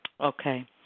Okay